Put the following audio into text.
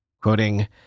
Quoting